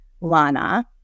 Lana